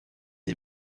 les